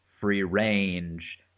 free-range